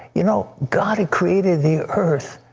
you know, god created the earth,